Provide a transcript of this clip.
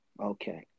Okay